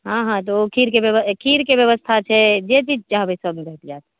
हॅं हॅं तऽ ओ खीरके व्यवस्था खीरके व्यवस्था छै जे किछु चाहबै सभ भेट जाएत